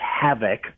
havoc